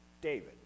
David